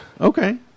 Okay